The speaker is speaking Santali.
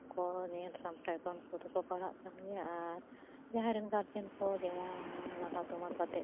ᱠᱚ ᱧᱮᱞ ᱥᱟᱢᱴᱟᱣᱮᱫ ᱠᱚᱣᱟ ᱩᱱᱠᱩ ᱫᱚᱠᱚ ᱯᱟᱲᱦᱟᱜ ᱠᱟᱱ ᱜᱮᱭᱟ ᱡᱟᱦᱟᱸᱭ ᱨᱮᱱ ᱜᱟᱨᱡᱮᱱ ᱠᱚ ᱡᱮᱢᱚᱱ ᱱᱟᱞᱦᱟ ᱛᱩᱢᱟᱹᱞ ᱠᱟᱛᱮᱫ